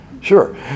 Sure